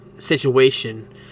situation